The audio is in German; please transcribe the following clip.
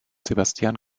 sebastian